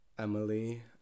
Emily